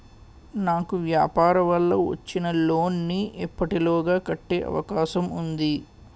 నాకు వ్యాపార వల్ల వచ్చిన లోన్ నీ ఎప్పటిలోగా కట్టే అవకాశం ఉంది?